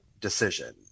decision